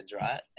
right